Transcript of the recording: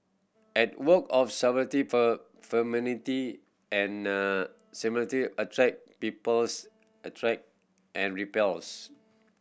at work of attract peoples attract and repels